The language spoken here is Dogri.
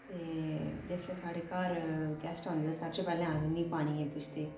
ते जिसलै साढ़े घर गेस्ट औंदे ते सारें शा पैह्लें आखदे उनेंगी पानियै पुछदे